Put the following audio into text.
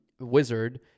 wizard